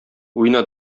уйна